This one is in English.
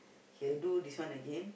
he will do this one again